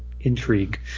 intrigue